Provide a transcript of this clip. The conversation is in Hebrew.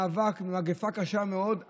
המאבק במגפה קשה מאוד,